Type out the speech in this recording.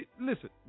Listen